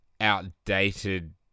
Outdated